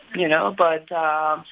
you know? but um